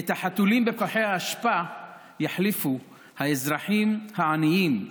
את החתולים בפחי האשפה יחליפו האזרחים העניים,